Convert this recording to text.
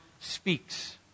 speaks